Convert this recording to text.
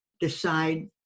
decide